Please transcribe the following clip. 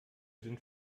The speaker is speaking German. sind